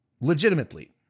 legitimately